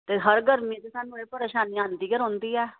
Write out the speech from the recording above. ते हर गर्मियैं ते सानूं एह् परेशानी आंदी गै रौंह्दी ऐ